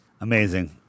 Amazing